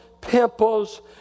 pimples